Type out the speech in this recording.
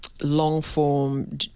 long-form